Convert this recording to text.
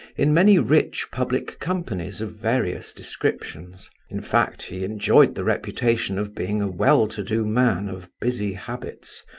in many rich public companies of various descriptions in fact, he enjoyed the reputation of being a well-to-do man of busy habits,